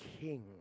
king